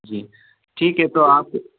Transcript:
जी ठीक है तो आप